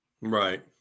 Right